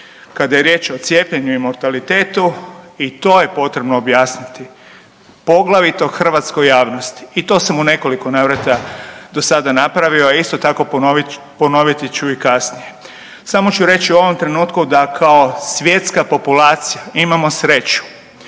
Kad je riječ o cijepljenju i mortalitetu i to je potrebno objasniti poglavito hrvatskoj javnosti. I to sam u nekoliko navrata do sada napravio, a isto tako ponoviti ću i kasnije. Samo ću reći u ovom trenutku da kao svjetska populacija imamo sreću